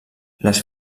les